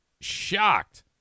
shocked